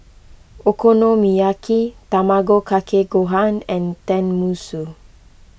Okonomiyaki Tamago Kake Gohan and Tenmusu